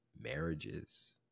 marriages